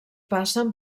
passen